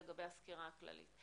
לגבי הסקירה הכללית: